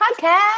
podcast